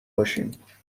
باشیم